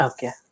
Okay